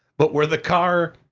but, where the car,